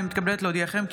אני מתכבדת להודיעכם,